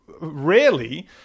rarely